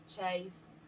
Chase